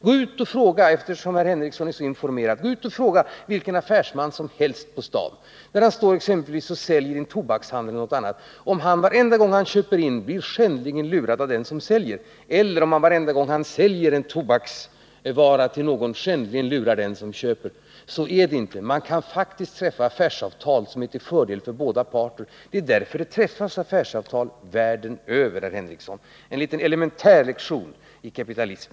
ser åt SJ Eftersom herr Henricsson nu säger att han är så informerad vill jag uppmana honom att gå ut och fråga vilken affärsman som helst på stan, exempelvis en som står i en tobakshandel, om han varenda gång han köper in någonting blir skändligen lurad av den som säljer eller om han varenda gång han säljer en vara till någon skändligen lurar den som köper. Så är det inte — man kan faktiskt träffa affärsavtal som är till fördel för båda parter. Det är anledningen till att det, herr Henricsson, träffas affärsavtal världen över. Detta var en liten lektion i elementär kapitalism.